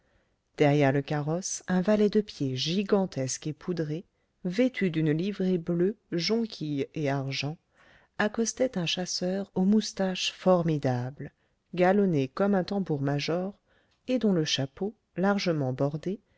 derrière le carrosse un valet de pied gigantesque et poudré vêtu d'une livrée bleue jonquille et argent accostait un chasseur aux moustaches formidables galonné comme un tambour-major et dont le chapeau largement bordé